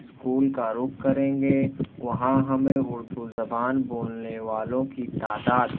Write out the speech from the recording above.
school کا رخ کریں گے وہاں ہمیں اردو زبان بولنے والوں کی تعداد